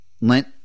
lent